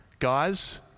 Guys